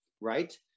right